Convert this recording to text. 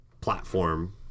platform